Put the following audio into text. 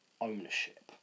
ownership